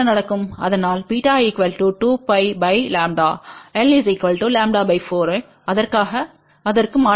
அதனால் β2π λlλ 4we அதற்கு மாற்றாக